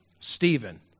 Stephen